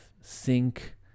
sync